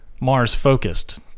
Mars-focused